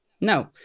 No